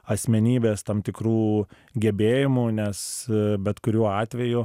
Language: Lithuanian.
asmenybės tam tikrų gebėjimų nes bet kuriuo atveju